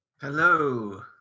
Hello